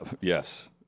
Yes